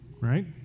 Right